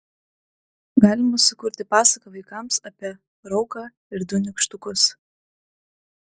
galima sukurti pasaką vaikams apie rauką ir du nykštukus